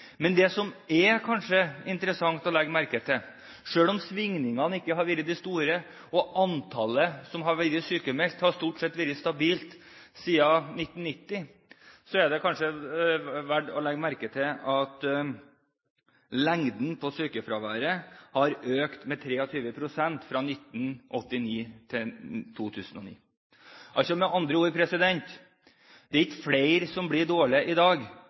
Men selv om svingningene ikke har vært store og antallet som har vært sykmeldte, stort sett har vært stabilt siden 1990, er det interessant og kanskje verdt å legge merke til at lengden på sykefraværet har økt med 23 pst. fra 1989 til 2009. Med andre ord: Det er ikke flere som blir dårlige i dag,